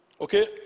Okay